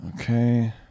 okay